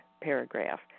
paragraph